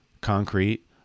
concrete